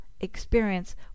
experience